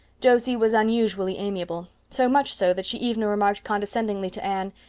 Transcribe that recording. josie was unusually amiable so much so that she even remarked condescendingly to anne,